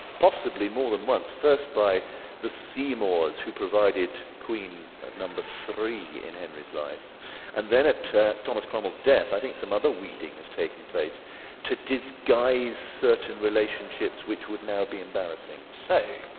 possibly more than once, first by the seymours who provided queen number three in henry's life and, then at thomas cromwell's death, i think some other weeding has taken place to disguise certain relationships, which would now be embarrassing. so,